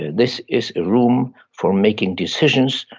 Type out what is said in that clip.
this is a room for making decisions,